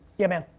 yeah man.